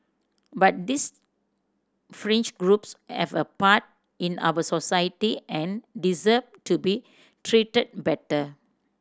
but these fringe groups have a part in our society and deserve to be treated better